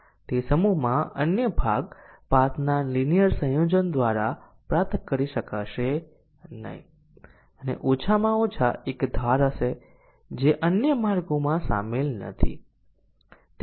અને જ્યારે તે સાચા અને ખોટા મૂલ્યો પ્રાપ્ત કરે છે અન્યને અચળ સત્ય મૂલ્યો રાખવામાં આવે છે